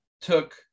took